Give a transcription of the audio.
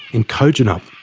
in kojonup,